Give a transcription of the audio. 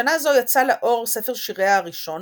בשנה זו יצא לאור ספר שיריה הראשון,